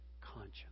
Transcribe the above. conscience